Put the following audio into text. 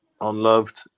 unloved